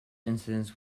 incidents